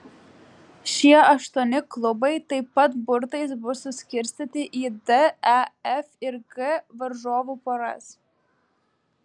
šie aštuoni klubai taip pat burtais bus suskirstyti į d e f ir g varžovų poras